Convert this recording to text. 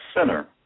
center